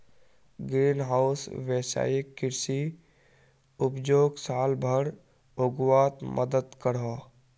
green house वैवसायिक कृषि उपजोक साल भर उग्वात मदद करोह